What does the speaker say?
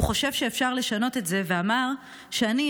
הוא חושב שאפשר לשנות את זה ואמר שאני,